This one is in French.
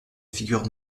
figure